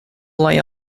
lay